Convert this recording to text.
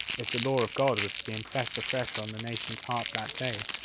if the law of god was to be impressed afresh on the nation's heart that day,